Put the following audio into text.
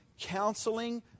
counseling